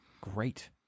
Great